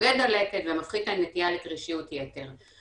נוגד דלקת ומפחית את הנטייה לקרישיות יתר.